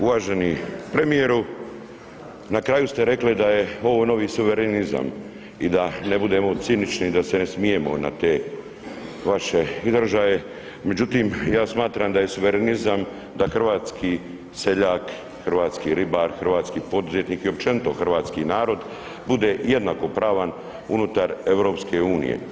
Uvaženi premijeru na kraju ste rekli da je ovo novi suverenizam i da ne budemo cinični da se ne smijemo na te vaše izražaje, međutim ja smatram da je suverenizam da hrvatski seljak, hrvatski ribar, hrvatski poduzetnik i općenito hrvatski narod bude jednakopravan unutar EU.